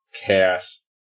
cast